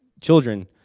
children